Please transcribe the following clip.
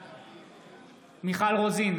בעד מיכל רוזין,